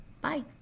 bye